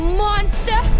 monster